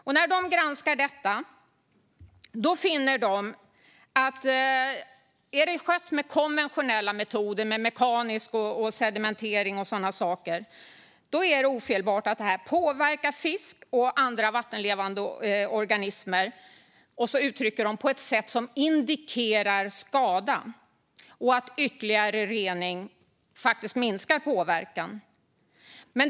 De har funnit att om reningen har skett med konventionella metoder, mekaniskt, med sedimentering och sådana saker, är det ofelbart att det påverkar fiskar och andra vattenlevande organismer på ett sätt som indikerar skada, som de uttrycker det, och att ytterligare rening faktiskt minskar påverkan.